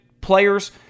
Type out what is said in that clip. players